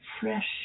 fresh